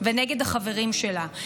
ונגד החברים שלה.